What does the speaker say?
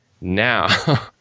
Now